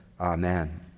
Amen